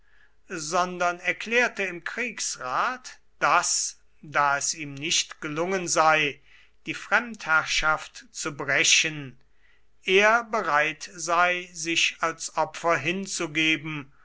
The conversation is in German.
sondern erklärte im kriegsrat daß da es ihm nicht gelungen sei die fremdherrschaft zu brechen er bereit sei sich als opfer hinzugeben